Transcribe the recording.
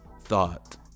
thought